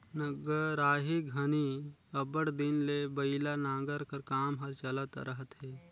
नगराही घनी अब्बड़ दिन ले बइला नांगर कर काम हर चलत रहथे